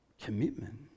commitment